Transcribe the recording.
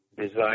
design